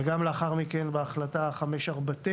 וגם לאחר מכן בהחלטה 549,